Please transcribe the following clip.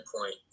point